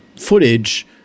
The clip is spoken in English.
footage